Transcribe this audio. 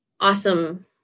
awesome